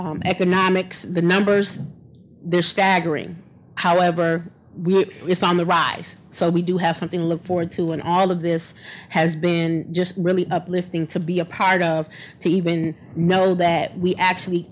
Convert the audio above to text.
in economics the numbers are staggering however we're just on the rise so we do have something look forward to and all of this has been just really uplifting to be a part of to even know that we actually